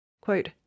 Quote